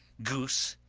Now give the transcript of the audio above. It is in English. goose,